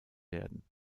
werden